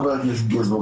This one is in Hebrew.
חבר הכנסת גינזבורג,